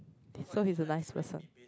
so he is a nice person